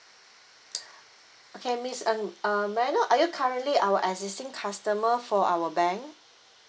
okay miss um uh may I know are you currently our existing customer for our bank